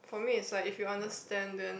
for me it's like if you understand then